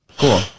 cool